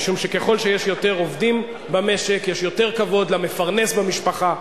משום שככל שיש יותר עובדים במשק יש יותר כבוד למפרנס במשפחה.